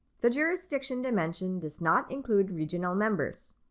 the jurisdiction dimension does not include regional members.